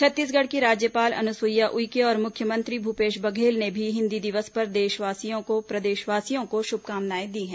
छत्तीसगढ़ की राज्यपाल अनुसुईया उइके और मुख्यमंत्री भूपेश बघेल ने भी हिन्दी दिवस पर प्रदेशवासियों को शुभकामनाएं दी हैं